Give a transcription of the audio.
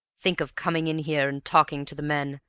think of coming in here and talking to the men,